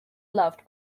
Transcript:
loved